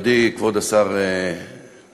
נכבדי כבוד השר כחלון,